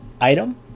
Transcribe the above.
item